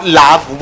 love